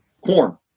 Corn